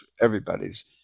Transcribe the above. everybody's